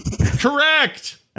Correct